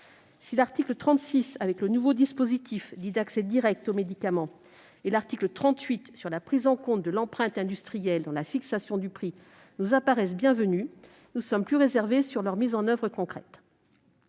Si l'article 36, avec le nouveau dispositif dit d'« accès direct » au médicament, et l'article 38, traitant de la prise en compte de l'empreinte industrielle dans la fixation du prix, nous paraissent bienvenus, nous sommes plus réservés sur leur mise en oeuvre concrète.